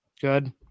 Good